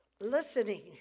Listening